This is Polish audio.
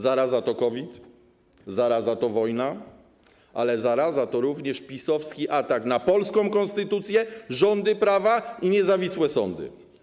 Zaraza to COVID, zaraza to wojna, ale zaraza to również PiS-owski atak na polską konstytucję, rządy prawa i niezawisłe sądy.